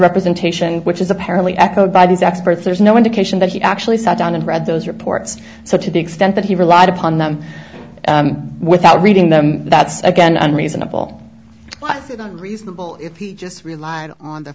representation which is apparently echoed by these experts there's no indication that he actually sat down and read those reports so to the extent that he relied upon them without reading them that's a good and reasonable was reasonable if he just relied on t